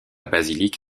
basilique